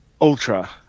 Ultra